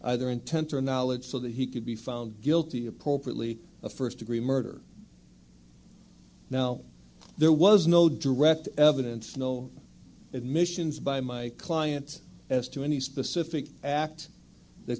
either intent or knowledge so that he could be found guilty appropriately of first degree murder now there was no direct evidence no admissions by my client as to any specific act that